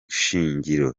shingiro